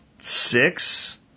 six